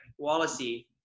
Wallacey